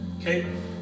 okay